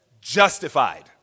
justified